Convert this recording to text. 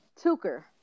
Tuker